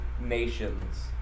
nations